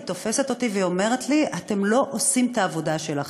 היא תופסת אותי והיא אומרת לי: אתם לא עושים את העבודה שלכם.